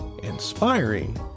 inspiring